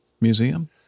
Museum